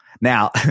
Now